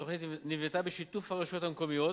התוכנית נבנתה בשיתוף הרשויות המקומיות